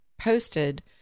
posted